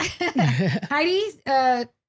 Heidi